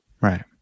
Right